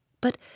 but